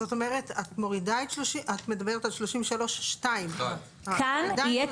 זאת מדברת את מדברת על 33(2). כאן יהיה